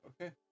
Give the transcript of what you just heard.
Okay